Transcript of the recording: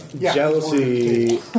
Jealousy